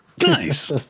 Nice